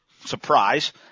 Surprise